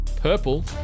Purple